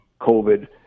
COVID